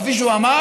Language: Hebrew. כפי שהוא אמר,